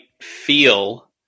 feel